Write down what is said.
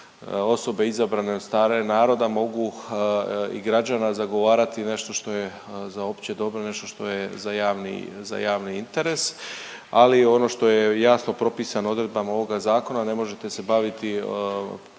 osobe izabrane od strane naroda mogu i građana zagovarati nešto što je za opće dobro, nešto što je za javni interes, ali ono što je jasno propisano odredbama ovoga Zakona, ne možete se baviti postupkom